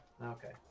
Okay